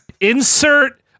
Insert